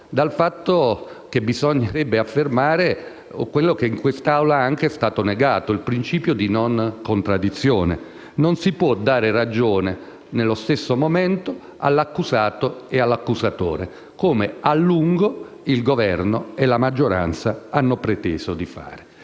dal fatto che bisognerebbe affermare quello che in quest'Aula è stato negato, cioè il principio di non contraddizione. Non si può dare ragione nello stesso momento all'accusato e all'accusatore, come a lungo il Governo e la maggioranza hanno preteso di fare.